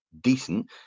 decent